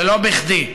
ולא בכדי.